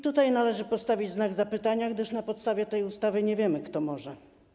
Tutaj należy postawić znak zapytania, gdyż na podstawie tej ustawy nie wiemy, kto może.